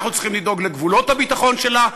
אנחנו צריכים לדאוג לגבולות הביטחון שלה,